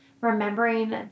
remembering